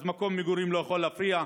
אז מקום מגורים לא יכול להפריע.